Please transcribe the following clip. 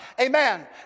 amen